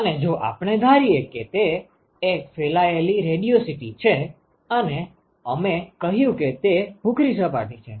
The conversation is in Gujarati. અને જો આપણે ધારીએ કે તે એક ફેલાયેલી રેડિયોસિટી છે અને અમે કહ્યું કે તે ભૂખરી સપાટી છે